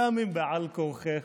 גם אם בעל כורחך,